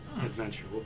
adventure